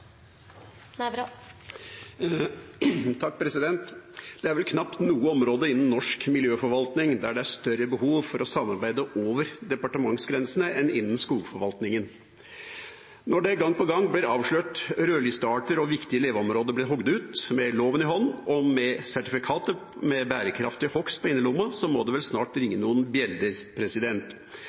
vel knapt noe område innen norsk miljøforvaltning der det er større behov for å samarbeide over departementsgrensene enn innen skogforvaltningen. Når det gang på gang blir avslørt at rødlistearter og viktige leveområder blir hogd ut – med loven i hånd og med sertifikatet for bærekraftig hogst på innerlomma – så må det vel snart ringe noen